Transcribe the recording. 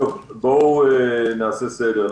בואו נעשה סדר.